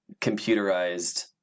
computerized